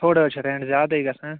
تھوڑا حظ چھِ ریٚنٹ زیادٔے گژھان